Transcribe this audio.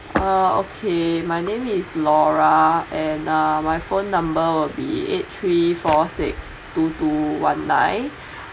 orh okay my name is laura and uh my phone number will be eight three four six two two one nine